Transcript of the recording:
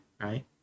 right